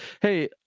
hey